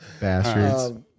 bastards